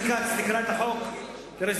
איזה סיפור.